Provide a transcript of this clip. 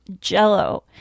jello